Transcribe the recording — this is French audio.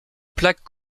plaque